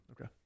okay